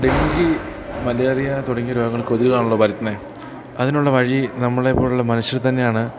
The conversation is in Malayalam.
ഡെങ്കി മലേറിയ തുടങ്ങിയ രോഗങ്ങൾ കൊതുകാണല്ലോ പരത്തുന്നത് അതിനുള്ള വഴി നമ്മളെ പോലെയുള്ള മനുഷ്യർ തന്നെയാണ്